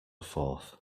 forth